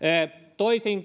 toisin